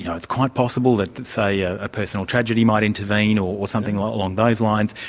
you know it's quite possible that so yeah a personal tragedy might intervene, or something along those lines,